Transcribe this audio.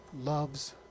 loves